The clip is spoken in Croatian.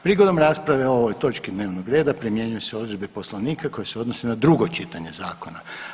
Prigodom rasprave o ovoj točki dnevnog reda primjenjuju se odredbe Poslovnika koje se odnose na drugo čitanje zakona.